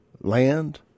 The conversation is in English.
land